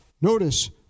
Notice